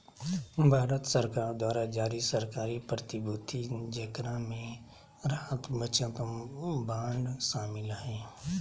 भारत सरकार द्वारा जारी सरकारी प्रतिभूति जेकरा मे राहत बचत बांड शामिल हइ